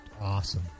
awesome